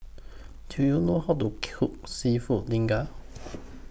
Do YOU know How to Cook Seafood